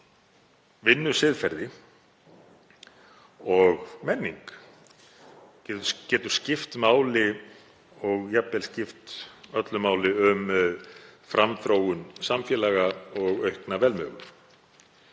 vinnusiðferði og menning getur skipt máli og jafnvel skipt öllu máli um framþróun samfélaga og aukna velmegun.